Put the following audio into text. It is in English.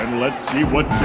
um let's see